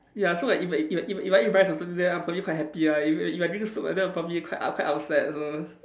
ya so like if I if I if I eat rice or something then I'll probably be quite happy lah if I if I drink soup and then I'll probably be quite up~ quite upset also